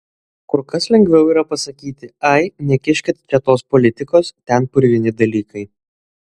kur kas lengviau yra pasakyti ai nekiškit čia tos politikos ten purvini dalykai